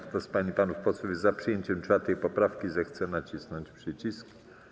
Kto z pań i panów posłów jest za przyjęciem 4. poprawki, zechce nacisnąć przycisk.